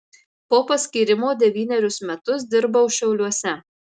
po paskyrimo devynerius metus dirbau šiauliuose